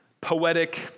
poetic